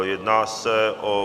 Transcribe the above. Jedná se o